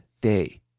day